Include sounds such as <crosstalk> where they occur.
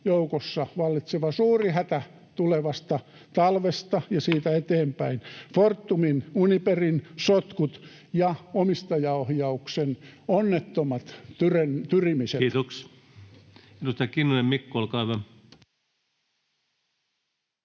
joukossa vallitseva suuri hätä <noise> tulevasta talvesta ja siitä eteenpäin, Fortumin Uniperin sotkut ja omistajaohjauksen onnettomat tyrimiset. Kiitos. — Edustaja Kinnunen, Mikko, olkaa hyvä.